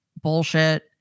bullshit